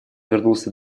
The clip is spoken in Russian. вернулся